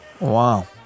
Wow